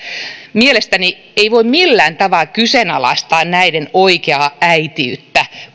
mielestäni ei voi millään tavalla kyseenalaistaa näiden kummankaan äidin oikeaa äitiyttä